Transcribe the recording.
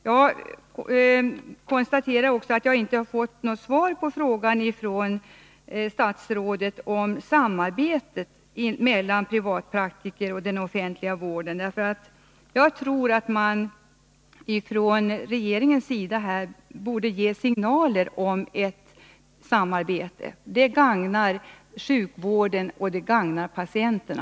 Jag konstaterar också att jag inte har fått något svar från statsrådet på frågan om samarbetet mellan privatpraktiker och den offentliga vården. Jag tror att regeringen borde ge signaler om ett samarbete. Det skulle gagna sjukvården och även patienterna.